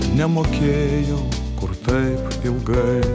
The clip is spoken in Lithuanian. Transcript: nemokėjau kur taip ilgai